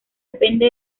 depende